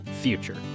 future